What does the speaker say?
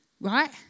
right